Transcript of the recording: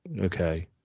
Okay